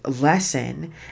lesson